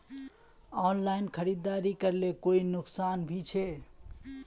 Online खरीदारी करले कोई नुकसान भी छे?